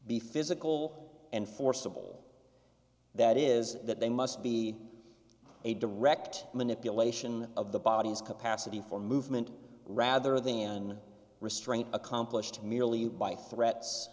be physical and forcible that is that they must be a direct manipulation of the body's capacity for movement rather than restraint accomplished merely by threats